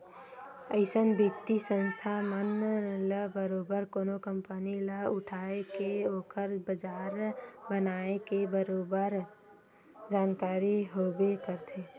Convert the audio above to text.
अइसन बित्तीय संस्था मन ल बरोबर कोनो कंपनी ल उठाय के ओखर बजार बनाए के बरोबर जानकारी होबे करथे